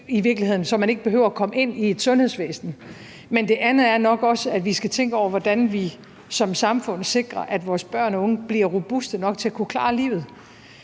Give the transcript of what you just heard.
så man ikke behøver at komme ind i et sundhedsvæsen, og 2) vi skal nok også tænke over, hvordan vi som samfund sikrer, at vores børn og unge bliver robuste nok til at kunne klare livet,